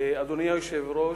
אדוני היושב-ראש,